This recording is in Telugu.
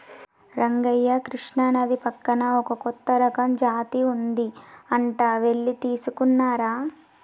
రంగయ్య కృష్ణానది పక్కన ఒక కొత్త రకం జాతి ఉంది అంట వెళ్లి తీసుకురానా